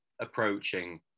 approaching